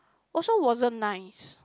also wasn't nice